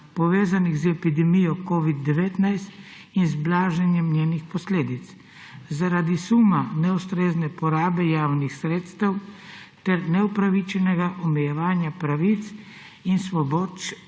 povezanih z epidemijo COVID-19 in z blaženjem njenih posledic, zaradi suma neustrezne porabe javnih sredstev ter neupravičenega omejevanja pravic in svoboščin,